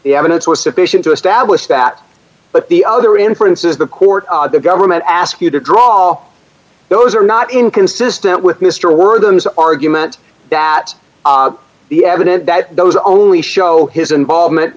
the evidence was sufficient to establish that but the other inference is the court the government ask you to draw those are not inconsistent with mister word thems argument that the evidence that those only show his involvement